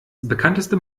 bekannteste